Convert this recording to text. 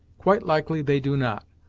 quite likely they do not,